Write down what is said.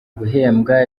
guhembwa